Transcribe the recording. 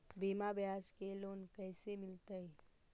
बिना ब्याज के लोन कैसे मिलतै?